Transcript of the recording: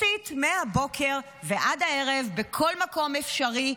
מסית מהבוקר עד הערב בכל מקום אפשרי.